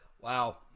Wow